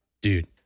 Dude